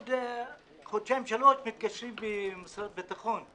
אחרי חודשיים או שלושה התקשרו אליי ממשרד הביטחון.